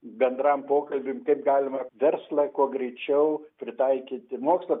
bendram pokalbiui kaip galima verslą kuo greičiau pritaikyti mokslo